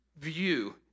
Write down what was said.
view